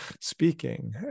speaking